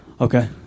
Okay